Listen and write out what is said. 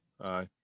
Aye